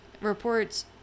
reports